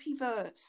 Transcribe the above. multiverse